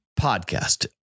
podcast